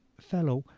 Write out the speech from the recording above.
fellow,